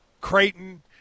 Creighton